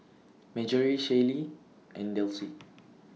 Marjory Shaylee and Delsie